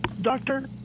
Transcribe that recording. doctor